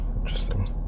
interesting